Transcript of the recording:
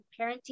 parenting